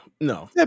no